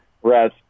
Whereas